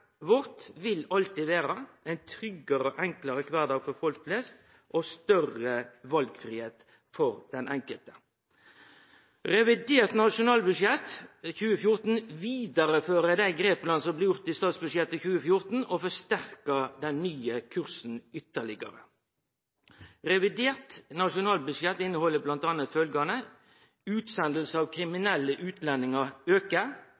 enklare kvardag for folk flest og større valfridom for den enkelte. Revidert nasjonalbudsjett for 2014 vidarefører dei grepa som blei gjort i statsbudsjettet for 2014, og forsterkar den nye kursen ytterlegare. Revidert nasjonalbudsjett inneheld m.a. følgjande: Utsending av kriminelle utlendingar aukar,